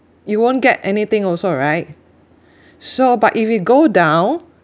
you won't get anything also right so but if it go down